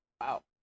Wow